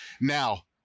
Now